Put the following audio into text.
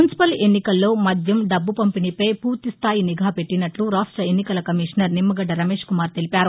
municipal ఎన్నికల్లో మద్యం డబ్బు పంపిణీపై పూర్తిస్ఠాయి నిఘా పెట్టినట్ట రాష్ట్ర ఎన్నికల కమీషనర్ నిమ్మగడ్డ రమేష్కుమార్ తెలిపారు